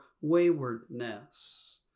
waywardness